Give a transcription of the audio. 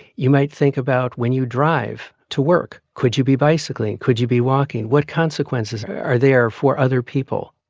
you might think about when you drive to work, could you be bicycling? could you be walking? what consequences are there for other people?